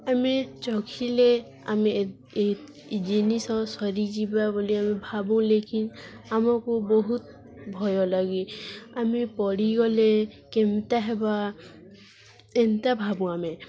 ଆମେ ଚଢ଼ିଲେ ଆମେ ଏ ଏ ଏ ଜିନିଷ ସରିଯିବା ବୋଲି ଆମେ ଭାବୁ ଲେକି ଆମକୁ ବହୁତ ଭୟ ଲାଗେ ଆମେ ପଡ଼ିିଗଲେ କେନ୍ନ୍ତା ହେବ ଏନ୍ତା ଭାବୁ ଆମେ